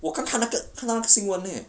我刚看那个看那个新闻 leh